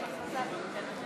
חברי הכנסת.